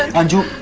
anju,